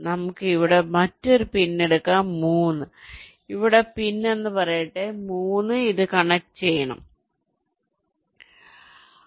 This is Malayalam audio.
നമുക്ക് ഇവിടെ മറ്റൊരു പിൻ എടുക്കാം 3 ഇവിടെ പിൻ എന്ന് പറയട്ടെ 3 ഇത് കണക്റ്റുചെയ്യണം 3